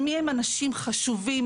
מי הם האנשים שהם חשובים,